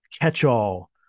catch-all